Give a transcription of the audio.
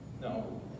No